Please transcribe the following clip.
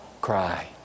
cry